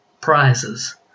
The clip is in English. prizes